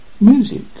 Music